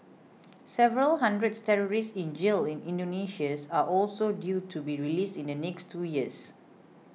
several hundred terrorists in jail in Indonesia are also due to be released in the next two years